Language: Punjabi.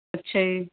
ਅੱਛਾ ਜੀ